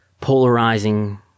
polarizing